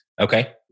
Okay